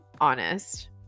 honest